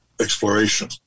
exploration